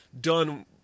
done